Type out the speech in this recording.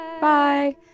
Bye